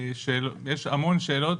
יש המון שאלות,